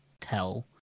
tell